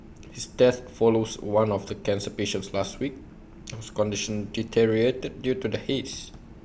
his death follows one of the cancer patient last week whose condition deteriorated due to the haze